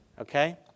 okay